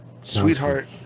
Sweetheart